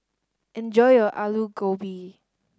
enjoy your Alu Gobi